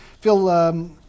Phil